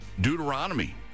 Deuteronomy